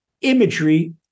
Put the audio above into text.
imagery